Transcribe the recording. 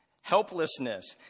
Helplessness